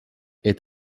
est